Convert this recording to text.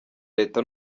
leta